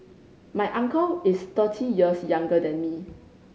my uncle is thirty years younger than me